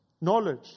knowledge